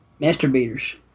Masturbators